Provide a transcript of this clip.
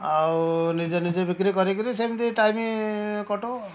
ଆଉ ନିଜେ ନିଜେ ବିକ୍ରି କରିକି ସେମିତି ଟାଇମ୍ କଟାଉ ଆଉ